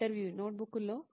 ఇంటర్వ్యూఈ నోట్బుక్లలో